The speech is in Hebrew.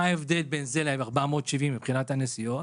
מה ההבדל בין זה לבין קו 470 מבחינת הנסיעות?